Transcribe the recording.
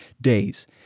days